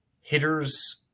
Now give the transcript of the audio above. hitters